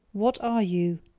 what are you?